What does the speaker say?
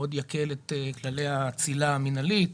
יקל את כללי האצילה המינהלית